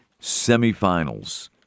semifinals